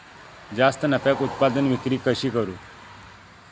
जास्त नफ्याक उत्पादन विक्री कशी करू?